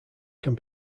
can